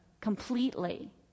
completely